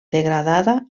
degradada